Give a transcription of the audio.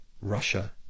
Russia